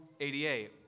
88